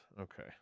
okay